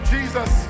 Jesus